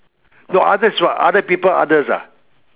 no others is what other people others ah